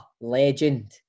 legend